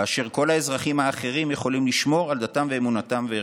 כאשר כל האזרחים האחרים יכולים לשמור על דתם ואמונתם וערכיהם,